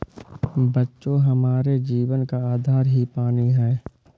बच्चों हमारे जीवन का आधार ही पानी हैं